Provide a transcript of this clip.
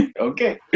Okay